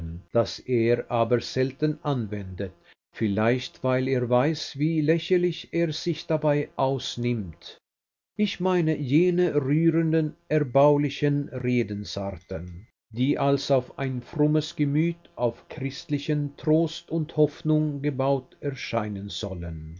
das er aber selten anwendet vielleicht weil er weiß wie lächerlich er sich dabei ausnimmt ich meine jene rührenden erbaulichen redensarten die als auf ein frommes gemüt auf christlichen trost und hoffnung gebaut erscheinen sollen